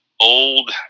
old